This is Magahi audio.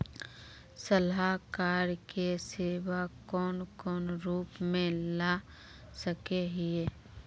सलाहकार के सेवा कौन कौन रूप में ला सके हिये?